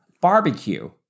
barbecue